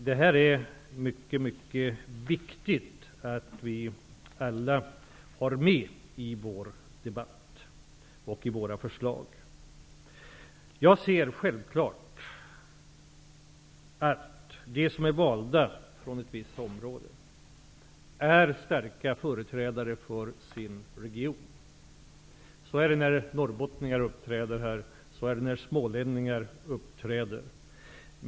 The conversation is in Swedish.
Detta är det mycket viktigt att vi alla har med i vår debatt och i våra förslag. Jag ser självklart att de som är valda för ett visst område är starka företrädare för sin region. Så är det när norrbottningar uppträder här, så är det när smålänningar uppträder.